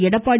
Edappadi